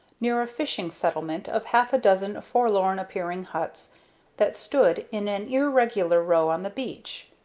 near a fishing settlement of half a dozen forlorn-appearing huts that stood in an irregular row on the beach.